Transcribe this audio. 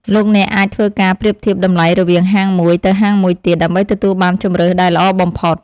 លោកអ្នកអាចធ្វើការប្រៀបធៀបតម្លៃរវាងហាងមួយទៅហាងមួយទៀត ដើម្បីទទួលបានជម្រើសដែលល្អបំផុត។